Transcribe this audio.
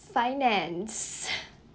finance